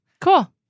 Cool